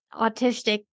autistic